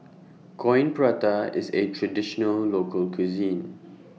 Coin Prata IS A Traditional Local Cuisine